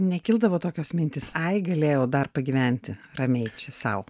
nekildavo tokios mintys ai galėjau dar pagyventi ramiai sau